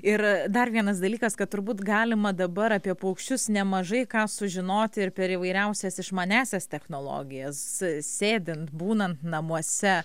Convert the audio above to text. ir dar vienas dalykas kad turbūt galima dabar apie paukščius nemažai ką sužinoti ir per įvairiausias išmaniąsias technologijas sėdint būnant namuose